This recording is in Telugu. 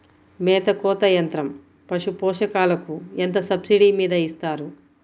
మేత కోత యంత్రం పశుపోషకాలకు ఎంత సబ్సిడీ మీద ఇస్తారు?